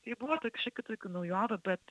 tai buvo šiokių tokių naujovių bet